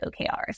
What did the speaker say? OKRs